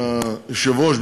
היושב-ראש,